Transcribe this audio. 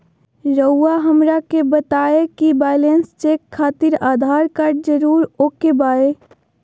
रउआ हमरा के बताए कि बैलेंस चेक खातिर आधार कार्ड जरूर ओके बाय?